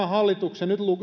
hallituksen